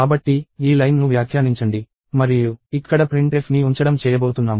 కాబట్టి ఈ లైన్ను వ్యాఖ్యానించండి మరియు ఇక్కడ printfని ఉంచడం చేయబోతున్నాము